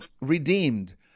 redeemed